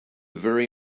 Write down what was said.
very